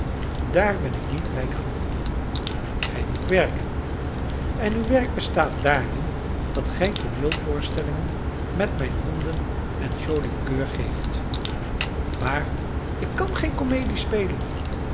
daar ben ik niet rijk genoeg toe gij moet werken en uw werk bestaat daarin dat gij tooneelvoorstellingen met mijn honden en joli coeur geeft maar ik kan geen komedie spelen